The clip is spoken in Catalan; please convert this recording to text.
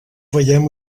veiem